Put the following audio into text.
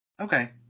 Okay